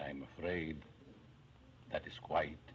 i'm afraid that is quite